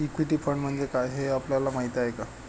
Equity fund म्हणजे काय, हे आपल्याला माहीत आहे का?